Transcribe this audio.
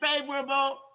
favorable